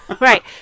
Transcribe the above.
right